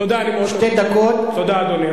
תודה, אדוני.